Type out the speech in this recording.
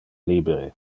libere